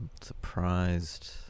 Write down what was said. Surprised